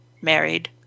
married